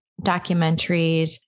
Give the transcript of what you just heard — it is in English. documentaries